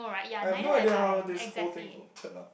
I have no idea how this whole thing will turn out